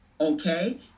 Okay